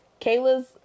Kayla's